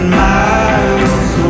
miles